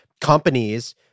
companies